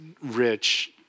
rich